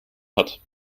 hat